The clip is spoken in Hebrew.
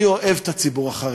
אני אוהב את הציבור החרדי,